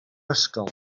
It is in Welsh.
ysgol